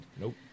Nope